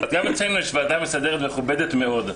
אז גם אצלנו יש ועדה מסדרת, מכובדת מאוד.